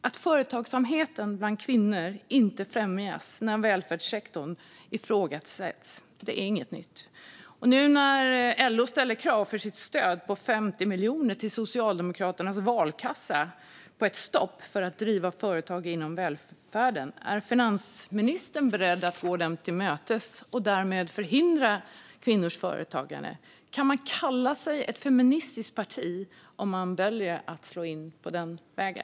Att företagsamheten bland kvinnor inte främjas när välfärdssektorn ifrågasätts är inget nytt. Nu ställer LO, för sitt stöd på 50 miljoner kronor till Socialdemokraternas valkassa, krav på ett stopp för att driva företag inom välfärden. Är finansministern beredd att gå dem till mötes och därmed förhindra kvinnors företagande? Kan man kalla sig ett feministiskt parti om man väljer att slå in på den vägen?